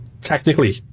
technically